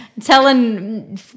telling